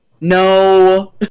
No